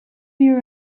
your